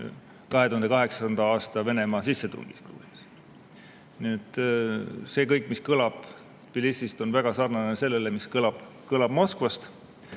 2008. aasta Venemaa sissetungis. See kõik, mis kõlab Thbilisist, on väga sarnane sellele, mis kõlab Moskvast.